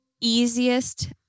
easiest